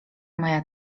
moja